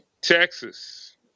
Texas